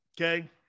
Okay